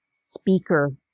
speaker